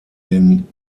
den